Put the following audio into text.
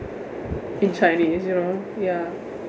in chinese you know ya